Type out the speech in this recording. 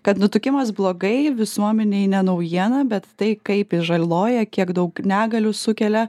kad nutukimas blogai visuomenei ne naujiena bet tai kaip žaloja kiek daug negalių sukelia